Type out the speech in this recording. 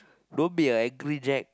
don't be a angry jack